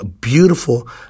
beautiful